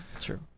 True